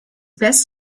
best